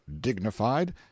dignified